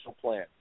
plan